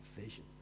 vision